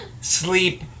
sleep